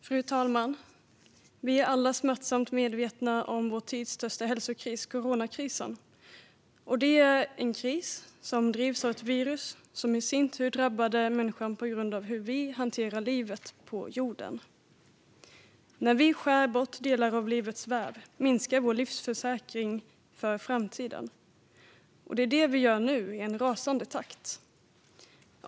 Fru talman! Vi är alla smärtsamt medvetna om vår tids största hälsokris, coronakrisen. Det är en kris som drivs av ett virus, som i sin tur drabbade människan på grund av hur vi hanterar livet på jorden. När vi skär bort delar av livets väv minskar vår livsförsäkring för framtiden. Det är det vi gör nu, i en rasande takt.